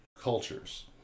cultures